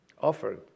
offered